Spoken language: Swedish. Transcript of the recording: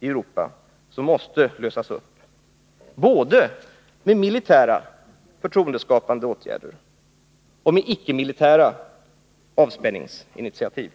i Europa som måste lösas upp, både med militära förtroendeskapande åtgärder och med icke militära avspänningsinitiativ.